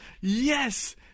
Yes